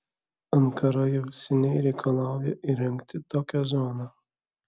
ankara jau seniai reikalauja įrengti tokią zoną